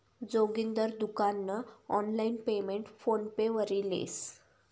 जोगिंदर दुकान नं online payment PhonePe वरी लेस